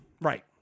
Right